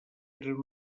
era